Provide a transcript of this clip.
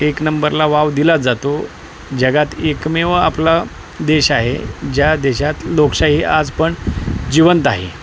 एक नंबरला वाव दिला जातो जगात एकमेव आपला देश आहे ज्या देशात लोकशाही आज पण जिवंत आहे